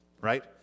right